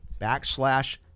backslash